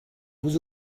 vous